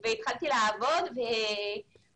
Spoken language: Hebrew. אבל התחלתי לעבוד עם הגעתנו לכאן.